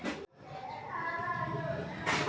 अजकालित लेखांकन मानकक बोरो बोरो काम कर त दखवा सख छि